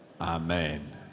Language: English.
Amen